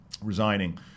resigning